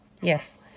yes